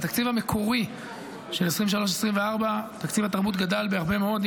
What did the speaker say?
בתקציב המקורי של 2023 2024 תקציב התרבות גדל בהרבה מאוד.